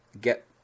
get